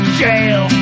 jail